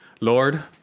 Lord